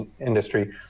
industry